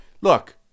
look